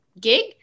gig